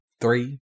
three